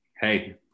Hey